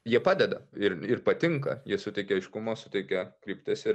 jie padeda ir ir patinka jie suteikia aiškumo suteikia krypties ir